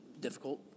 difficult